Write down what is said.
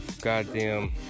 Goddamn